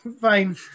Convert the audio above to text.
Fine